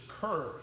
curve